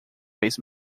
vez